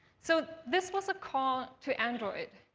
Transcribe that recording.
so this was a call to android